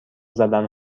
زدن